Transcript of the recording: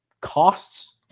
costs